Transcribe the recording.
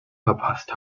verpasst